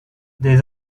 des